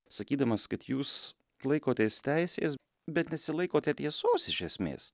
sakydamas kad jūs laikotės teisės bet nesilaikote tiesos iš esmės